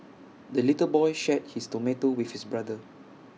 the little boy shared his tomato with his brother